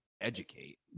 educate